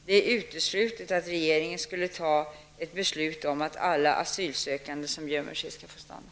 Det är uteslutet att regeringen skulle fatta ett beslut om att alla asylsökanden som gömmer sig skall få stanna.